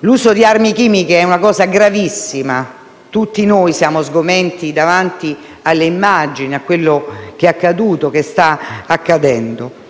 L’uso di armi chimiche è una cosa gravissima: tutti noi siamo sgomenti davanti alle immagini di quello che è accaduto e che sta accadendo